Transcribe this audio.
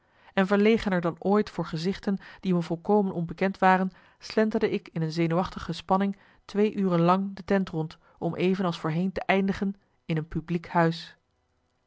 en verlegener dan ooit voor gezichten die me volkomen onbekend waren slenterde ik in een zenuwachtige spanning twee uren lang de tent rond om even als voorheen te eindigen in een publiek huis